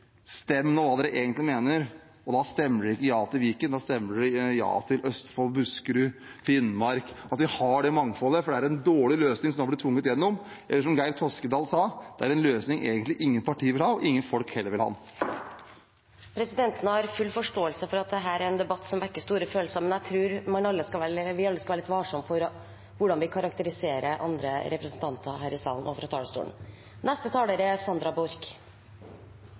Stem nå hva dere egentlig mener, og da stemmer dere ikke ja til Viken, da stemmer dere ja til Østfold, Buskerud, Finnmark, at vi har det mangfoldet, for det er en dårlig løsning som nå er blitt tvunget igjennom. Eller som Geir Toskedal sa: Det er en løsning ingen partier egentlig vil ha – og ingen folk vil ha den heller. Presidenten har full forståelse for at dette er en debatt som vekker store følelser, men jeg tror vi alle skal være litt varsomme med hvordan vi karakteriserer andre representanter her i salen fra talerstolen.